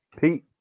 Pete